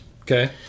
Okay